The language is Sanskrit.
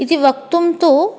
इति वक्तुं तु